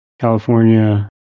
California